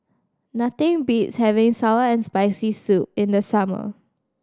nothing beats having sour and Spicy Soup in the summer